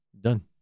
Done